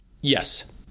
yes